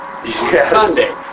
Sunday